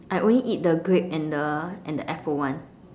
I only eat the grape and the and the apple one